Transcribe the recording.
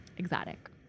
exotic